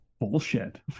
bullshit